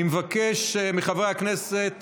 אני מבקש מחברי הכנסת